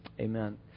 Amen